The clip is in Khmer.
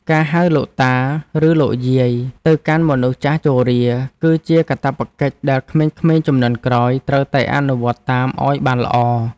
ការហៅលោកតាឬលោកយាយទៅកាន់មនុស្សចាស់ជរា គឺជាកាតព្វកិច្ចដែលក្មេងៗជំនាន់ក្រោយត្រូវតែអនុវត្តតាមឱ្យបានល្អ។